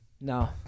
No